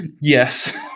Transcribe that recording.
yes